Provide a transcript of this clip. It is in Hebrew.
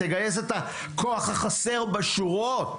תגייס את הכוח החסר בשורות.